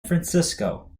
francisco